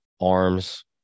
arms